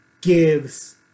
gives